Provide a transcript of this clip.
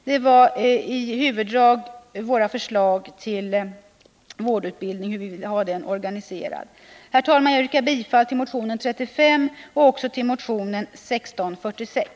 Detta är i huvuddrag våra förslag om hur vi vill ha vårdutbildningen organiserad. Herr talman! Jag yrkar bifall till motion 35 liksom till motion 1646.